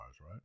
right